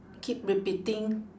keep repeating